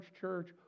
church